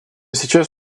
сейчас